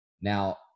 Now